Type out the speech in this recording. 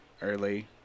Early